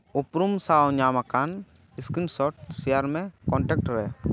ᱩᱯᱨᱩᱢ ᱥᱟᱶ ᱧᱟᱢᱟᱠᱟᱱ ᱥᱠᱨᱤᱱᱥᱚᱨᱴ ᱥᱮᱭᱟᱨ ᱢᱮ ᱠᱚᱱᱴᱮᱠᱴ ᱨᱮ